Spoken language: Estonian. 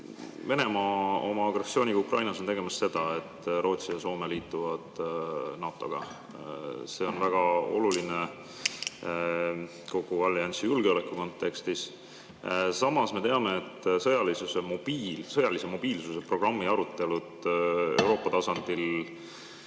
Venemaa oma agressiooniga Ukrainas on tegemas seda, et Rootsi ja Soome liituvad NATO‑ga. See on väga oluline kogu alliansi julgeoleku kontekstis. Samas me teame, et sõjalise mobiilsuse programmi arutelud Euroopa tasandil